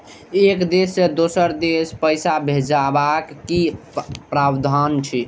एक देश से दोसर देश पैसा भैजबाक कि प्रावधान अछि??